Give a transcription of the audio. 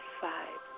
five